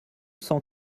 cent